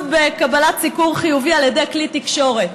בקבלת סיקור חיובי על ידי כלי תקשורת.